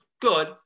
good